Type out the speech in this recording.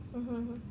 (uh huh) !huh!